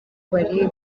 bari